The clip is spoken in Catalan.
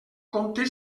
compte